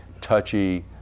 touchy